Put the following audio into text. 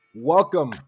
Welcome